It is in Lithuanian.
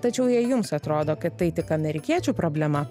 tačiau jei jums atrodo kad tai tik amerikiečių problema